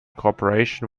corporation